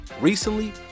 Recently